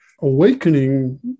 awakening